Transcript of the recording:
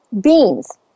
Beans